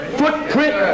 footprint